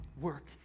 work